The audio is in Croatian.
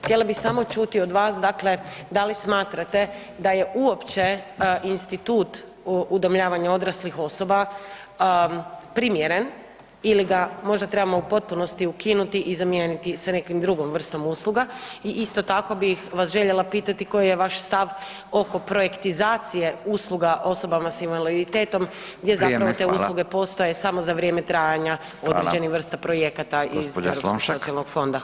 Htjela bi samo čuti od vas, dakle da li smatrate da je uopće institut udomljavanja odraslih osoba primjeren ili ga možda trebamo u potpunosti ukinuti i zamijeniti sa nekom drugom vrstom usluga i isto tako bih vas željela pitati koji je vaš stav oko projektizacije usluga osobama sa invaliditetom gdje zapravo te usluge [[Upadica Radin: Vrijeme, hvala.]] postoje samo za vrijeme trajanja određenih vrsta projekata iz Europskog socijalnog fonda.